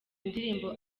indirimbo